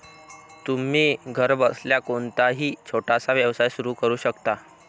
तुम्ही घरबसल्या कोणताही छोटासा व्यवसाय सुरू करू शकता